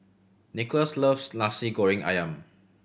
Nickolas loves Nasi Goreng Ayam